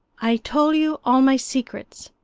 i tole you all my secrets.